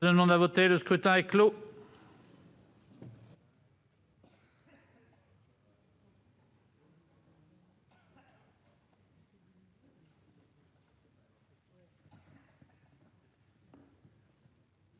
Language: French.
Le scrutin est clos.